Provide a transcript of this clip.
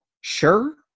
Sure